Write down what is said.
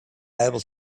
able